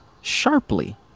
sharply